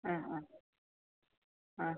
ആ ആ ആ